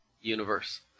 Universe